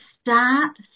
start